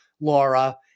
Laura